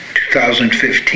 2015